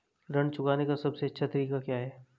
ऋण चुकाने का सबसे अच्छा तरीका क्या है?